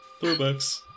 Throwbacks